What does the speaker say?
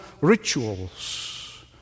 rituals